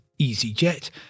EasyJet